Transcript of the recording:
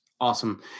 Awesome